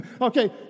Okay